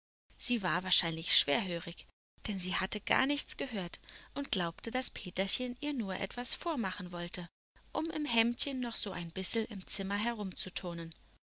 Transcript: sie war wahrscheinlich schwerhörig denn sie hatte gar nichts gehört und glaubte daß peterchen ihr nur etwas vormachen wolle um im hemdchen noch so ein bissel im zimmer herumzuturnen